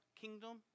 kingdom